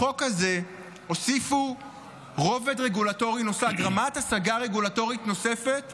בחוק הזה הוסיפו רובד רגולטורי נוסף,